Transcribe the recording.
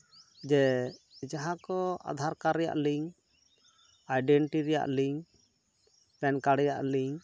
ᱡᱮ ᱡᱟᱦᱟᱸ ᱠᱚ ᱟᱫᱷᱟᱨ ᱠᱟᱨᱰ ᱨᱮᱭᱟᱜ ᱞᱤᱝᱠ ᱟᱭᱰᱮᱱᱴᱤ ᱨᱮᱭᱟᱜ ᱞᱤᱝᱠ ᱯᱮᱱ ᱠᱟᱨᱰ ᱨᱮᱭᱟᱜ ᱞᱤᱝᱠ